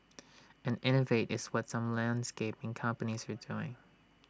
and innovate is what some landscaping companies we doing